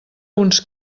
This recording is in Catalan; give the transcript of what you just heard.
uns